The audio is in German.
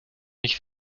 nicht